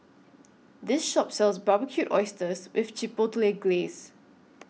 This Shop sells Barbecued Oysters with Chipotle Glaze